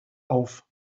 auf